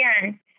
again